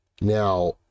now